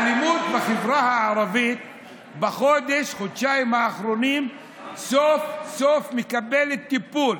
האלימות בחברה הערבית בחודש-חודשיים האחרונים סוף-סוף מקבלת טיפול.